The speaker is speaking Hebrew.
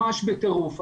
ממש בטירוף.